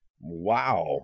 Wow